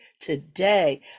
today